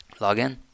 login